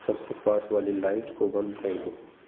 सबसे पास वाली लाइट को बंद कर दो